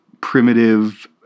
primitive